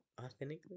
authentically